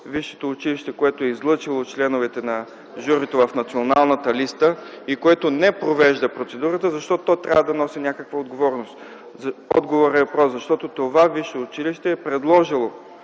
висшето училище, което е излъчило членовете на журито в Националната листа и което не провежда процедурата, защо то трябва да носи някаква отговорност? Отговорът е прост – защото това висше училище е предложило